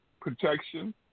protection